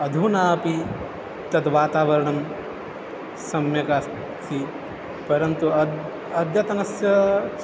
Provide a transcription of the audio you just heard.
अधुनापि तद् वातावरणं सम्यक् अस्ति परन्तु अद्य अद्यतनस्य